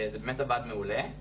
זה באמת עבד מעולה,